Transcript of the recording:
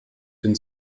denn